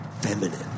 Feminine